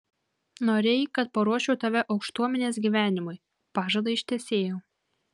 norėjai kad paruoščiau tave aukštuomenės gyvenimui pažadą ištesėjau